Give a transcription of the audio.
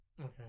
Okay